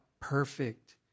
perfect